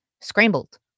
scrambled